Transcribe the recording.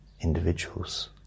individuals